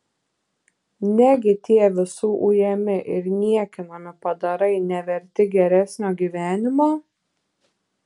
negi tie visų ujami ir niekinami padarai neverti geresnio gyvenimo